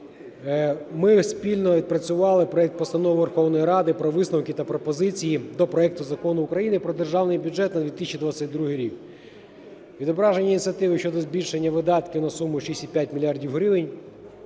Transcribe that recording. ми спільно відпрацювали проект Постанови Верховної Ради про висновки та пропозиції до проекту Закону України про Державний бюджет на 2022 рік. Відображені ініціативи щодо збільшення видатків на суму 6,5 мільярда